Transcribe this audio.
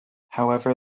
however